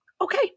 okay